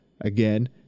again